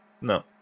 no